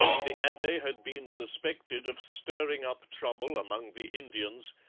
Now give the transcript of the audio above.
the abbe had been suspected of stirring up trouble among the indians,